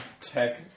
tech